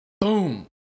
boom